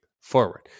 forward